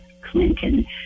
Clinton